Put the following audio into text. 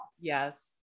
Yes